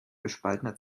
gespaltener